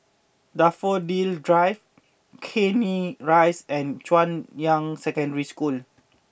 Daffodil Drive Canning Rise and Junyuan Secondary School